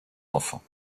enfants